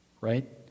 right